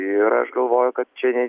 ir aš galvoju kad čia ne